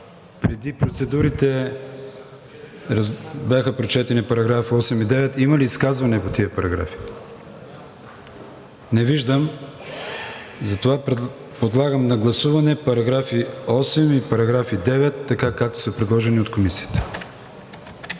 Преди процедурите бяха прочетени параграфи 8 и 9. Има ли изказвания по тези параграфи? Не виждам. Затова подлагам на гласуване параграфи 8 и 9, така както са предложени от Комисията.